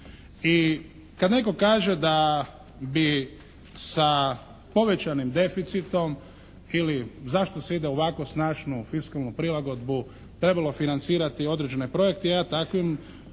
I kad netko kaže bi sa povećanim deficitom ili zašto se ide u ovako snažnu fiskalnu prilagodbu trebalo financirati određene projekte ja takvim